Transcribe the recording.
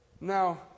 Now